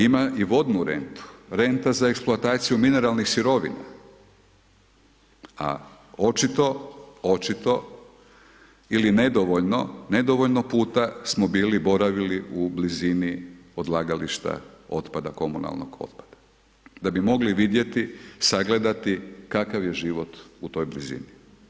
Ima i vodnu rentu, renta za eksploataciju mineralnih sirovina, a očito, očito, ili nedovoljno, nedovoljno puta smo bili boravili u blizini odlagališta otpada, komunalnog otpada, da bi mogli vidjeti sagledati kakav je život u toj blizini.